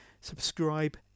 subscribe